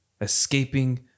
escaping